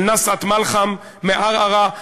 של נשאת מלחם מערערה.